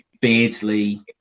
Beardsley